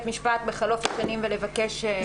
משפט בחלוף השנים ולבקש להחזיר את האפוטרופסות?